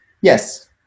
Yes